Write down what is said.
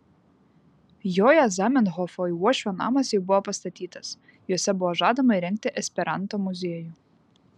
joje zamenhofo uošvio namas jau buvo pastatytas juose buvo žadama įrengti esperanto muziejų